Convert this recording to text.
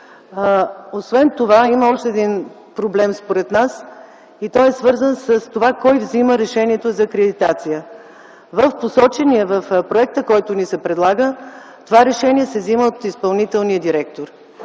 Освен това има още един проблем според нас и той е свързан с това кой взема решението за акредитация. В проекта, който ни се предлага, това решение се взема от изпълнителния директор.